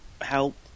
help